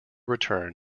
return